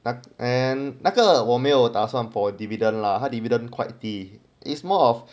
then 那个我没有打算 for dividend lah 他的 dividend quite 低 is more of